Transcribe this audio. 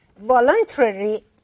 voluntarily